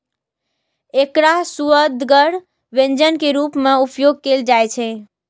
एकरा सुअदगर व्यंजन के रूप मे उपयोग कैल जाइ छै